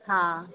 हाँ